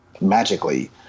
magically